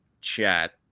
chat